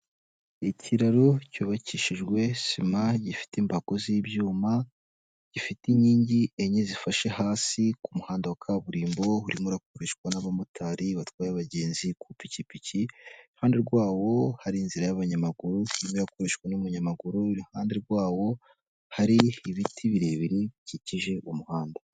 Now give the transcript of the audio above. Ikiraro cyubakishijwe sima gifite imbago z'ibyuma, gifite inkingi enye zifashe hasi ku muhanda wa kaburimbo urimo urakoreshwa n'abamotari batwaye abagenzi kupikipiki, iruhande rwawo hari inzira y'abanyamaguru irimo irakoreshwa n'umunyamaguru, iruhande rwawo hari ibiti birebire bikikije umuhanda.